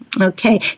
Okay